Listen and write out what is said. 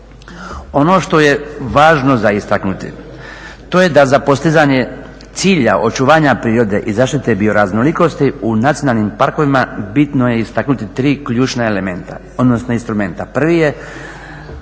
Ono što je važno za istaknuti, to je da za postizanje cilja očuvanja prirode i zaštite bioraznolikosti u nacionalnim parkovima bitno je istaknuti 3 ključna elementa, odnosno instrumenta. Prvi je